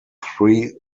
three